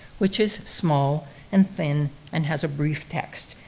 which is small and thin and has a brief text,